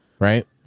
Right